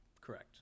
Correct